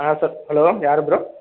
ஆ sir hello யார் bro